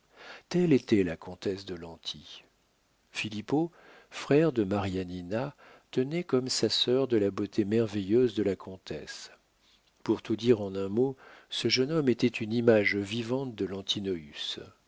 telle était la comtesse de lanty filippo frère de marianina tenait comme sa sœur de la beauté merveilleuse de la comtesse pour tout dire en un mot ce jeune homme était une image vivante de